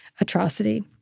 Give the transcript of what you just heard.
atrocity